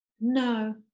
No